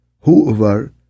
whoever